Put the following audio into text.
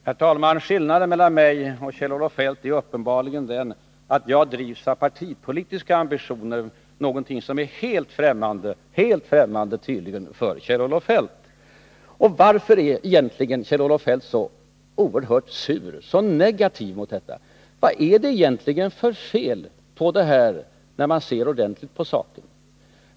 Herr talman! Skillnaden mellan mig och Kjell-Olof Feldt är uppenbarligen den att jag drivs av partipolitiska ambitioner, någonting som tydligen är helt främmande för Kjell-Olof Feldt. Varför är egentligen Kjell-Olof Feldt så oerhört sur och negativ mot detta? Vad är det egentligen för fel på det här, om man ser ordentligt på saken?